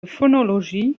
phonologie